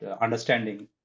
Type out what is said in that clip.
understanding